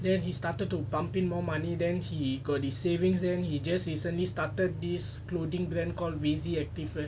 then he started to pump in more money then he got the savings then he just recently started this clothing brand called rese activewear